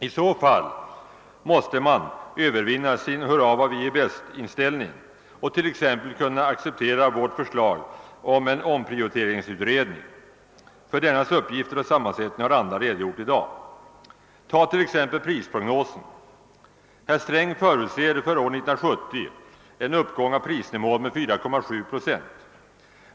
I så fall måste man övervinna sin hurra-vi-ärbäst-inställning och t.ex. kunna acceptera vårt förslag om en »omprioriteringsutredning». För dennas uppgifter och sammansättning har andra redo gjort i dag. Tag t.ex. prisprognosen. Herr Sträng förutser för år 1970 en uppgång av prisnivån med 4,7 procent.